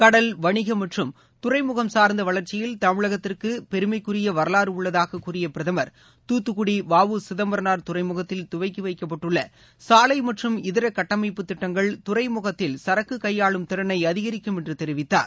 கடல் வணிகம் மற்றும் துறைமுகம் சார்ந்த வளர்ச்சியில் தமிழகத்திற்கு பெருமைக்குரிய வரலாறு உள்ளதாக கூறிய பிரதமர் தாத்துக்குடி வ உ சிதம்பரனார் துறைமுகத்தில் துவக்கி வைக்கப்பட்டுள்ள சாலை மற்றும் இதர கட்டமைப்பு திட்டங்கள் துறைமுகத்தில் சரக்கு கையாளும் திறனை அதிகரிக்கும் என்று தெரிவித்தார்